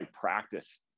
practice